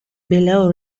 below